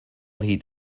heat